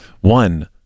One